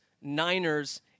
Niners